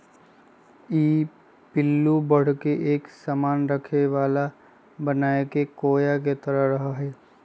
ई पिल्लू बढ़कर एक सामान रखे वाला बनाके कोया के तरह रहा हई